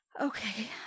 Okay